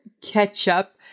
ketchup